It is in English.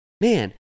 man